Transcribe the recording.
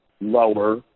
lower